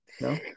No